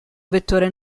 vettore